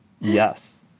Yes